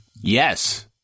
Yes